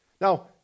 Now